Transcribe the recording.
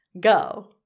go